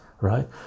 right